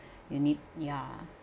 you need ya